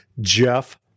Jeff